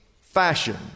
fashion